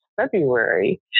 February